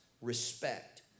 respect